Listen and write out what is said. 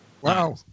Wow